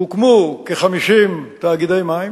הוקמו כ-50 תאגידי מים.